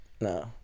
no